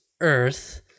earth